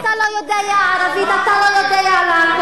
אתה לא יודע ערבית, אתה לא יודע לעקוב.